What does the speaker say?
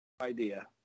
Idea